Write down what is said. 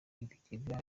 ibigega